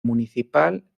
municipal